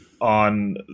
On